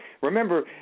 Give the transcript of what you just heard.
remember